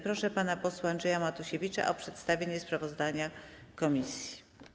Proszę pana posła Andrzeja Matusiewicza o przedstawienie sprawozdania komisji.